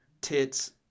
tits